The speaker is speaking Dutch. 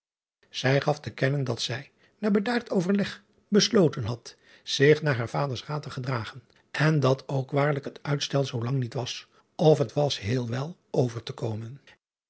ij gaf te kennen dat zij na bedaard overleg besloten had zich naar haar vaders raad te gedragen en dat ook waarlijk het uitstel zoolang niet was of het was heel wel over te komen